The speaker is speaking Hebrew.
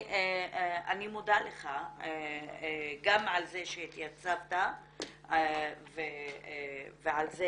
אני מודה לך גם על זה שהתייצבת ועל זה